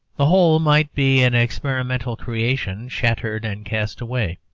the whole might be an experimental creation shattered and cast away.